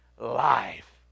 life